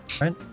right